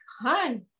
Hun